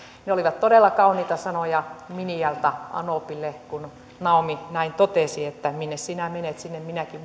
ne olivat todella kauniita sanoja miniältä anopille kun naomi näin totesi että minne sinä menet sinne minäkin menen ja